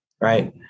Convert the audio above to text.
right